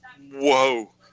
whoa